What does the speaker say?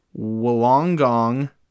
Wollongong